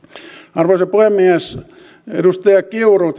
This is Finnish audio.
arvoisa puhemies edustaja kiuru